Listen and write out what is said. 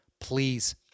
please